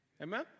Amen